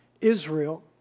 Israel